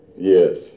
Yes